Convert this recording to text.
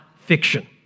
fiction